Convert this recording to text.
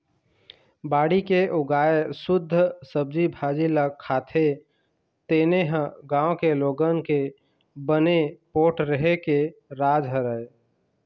बाड़ी के उगाए सुद्ध सब्जी भाजी ल खाथे तेने ह गाँव के लोगन के बने पोठ रेहे के राज हरय